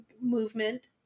movement